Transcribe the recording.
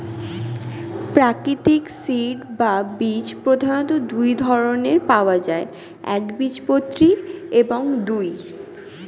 প্রাকৃতিক সিড বা বীজ প্রধানত দুই ধরনের পাওয়া যায় একবীজপত্রী এবং দুই